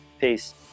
Peace